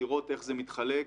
לראות איך זה מתחלק.